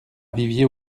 vivier